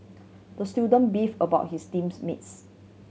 the student beefed about his teams mates